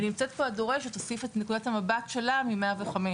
נמצאת פה אדורה, שתוסיף את נקודת המבט שלה מ-105.